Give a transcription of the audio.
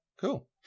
Cool